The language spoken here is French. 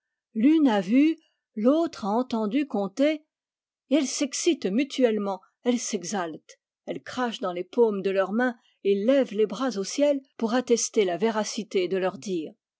l'une a vu l'autre a entendu conter et elles s'excitent mutuellement elles s'exaltent elles crachent dans les paumes de leurs mains et lèvent les bras au ciel pour attester la véracité de leurs dires